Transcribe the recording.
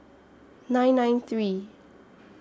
nine nine three